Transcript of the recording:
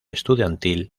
estudiantil